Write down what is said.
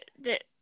that-